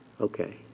Okay